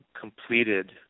completed